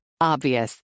Obvious